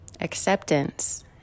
acceptance